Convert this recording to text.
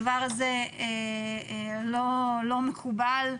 הדבר הזה לא מקובל.